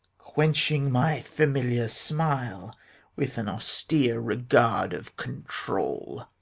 quenching my familiar smile with an austere regard of control